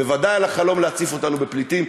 בוודאי על החלום להציף אותנו בפליטים,